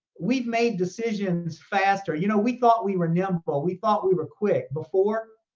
we've made decisions faster. you know we thought we were nimble, we thought we were quick before.